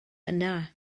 yna